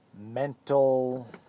mental